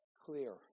clear